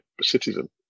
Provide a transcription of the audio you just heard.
citizen